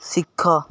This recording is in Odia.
ଶିଖ